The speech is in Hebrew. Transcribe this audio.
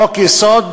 חוק-יסוד,